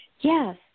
Yes